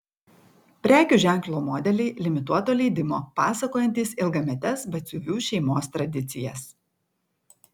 prekių ženklo modeliai limituoto leidimo pasakojantys ilgametes batsiuvių šeimos tradicijas